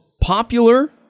popular